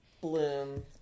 bloom